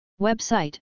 Website